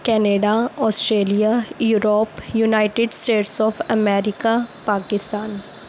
Canada Australia Europe United States of America Pakistan